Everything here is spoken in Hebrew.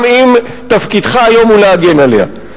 גם אם תפקידך היום הוא להגן עליה.